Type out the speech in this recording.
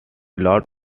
lot